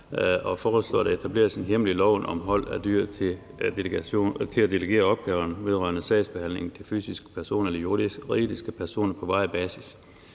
at der etableres en hjemmel i loven om hold af dyr til at delegere opgaven vedrørende sagsbehandlingen til fysiske eller juridiske personer på varig basis.